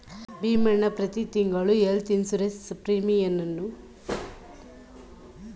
ಭೀಮಣ್ಣ ಪ್ರತಿ ತಿಂಗಳು health insurance ಪ್ರೀಮಿಯಮನ್ನು ಕಟ್ಟಬೇಕು